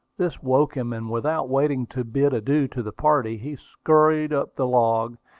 this woke him, and without waiting to bid adieu to the party, he scurried up the log,